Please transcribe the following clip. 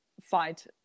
fight